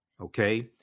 okay